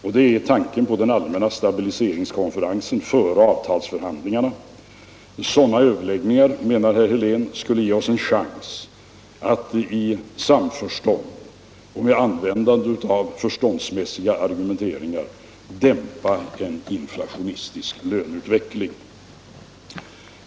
Det är tanken på en allmän stabiliseringskonferens före avtalsförhandlingarna. Sådana överläggningar, menar herr Helén, skulle ge oss en chans att i samförstånd och med användande av förståndsmässiga argumenteringar dämpa en inflationistisk löneutveckling.